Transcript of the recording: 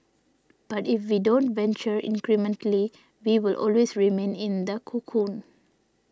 but if we don't venture incrementally we will always remain in the cocoon